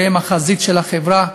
שהם החזית של החברה,